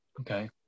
Okay